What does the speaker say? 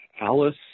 Alice